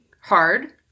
hard